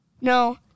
No